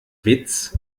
witz